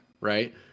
right